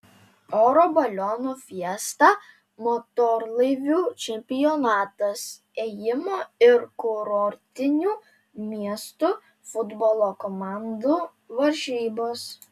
oro balionų fiesta motorlaivių čempionatas ėjimo ir kurortinių miestų futbolo komandų varžybos